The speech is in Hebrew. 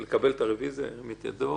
הצבעה בעד, פה אחד הרוויזיה נתקבלה.